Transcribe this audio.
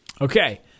Okay